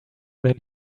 than